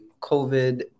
COVID